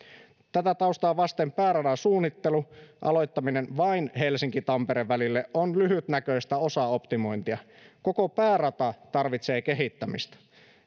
tätä taustaa vasten pääradan suunnittelun aloittaminen vain helsinki tampere välille on lyhytnäköistä osaoptimointia koko päärata tarvitsee kehittämistä